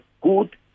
good